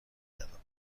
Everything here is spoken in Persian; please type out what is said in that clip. کردند